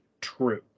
true